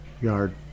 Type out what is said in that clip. yard